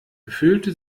fühlte